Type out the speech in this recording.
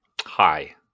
Hi